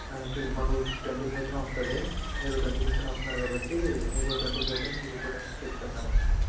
to మాకు twenty ఫోర్త్న వస్తుంది మీరు ట్వంటీ ఫిఫ్త్న వస్తున్నారు కాబట్టి మీకు ట్వంటీ ఫోర్త్న మీకు రిపోర్ట్ అని చెప్తాం మేడం మీము